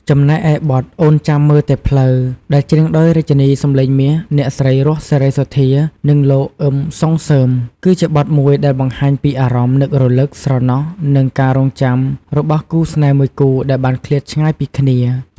ចំណែកឯបទ អូនចាំមើលតែផ្លូវ ដែលច្រៀងដោយរាជិនីសំឡេងមាស អ្នកស្រី រស់ សេរីសុទ្ធា និងលោក អ៊ឹម សុងសឺម គឺជាបទមួយដែលបង្ហាញពីអារម្មណ៍នឹករលឹក ស្រណោះ និងការរង់ចាំរបស់គូស្នេហ៍មួយគូដែលបានឃ្លាតឆ្ងាយពីគ្នា។